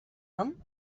nom